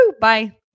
Bye